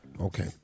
Okay